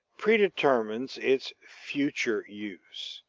predetermines its future use,